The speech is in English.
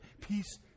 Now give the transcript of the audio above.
Peace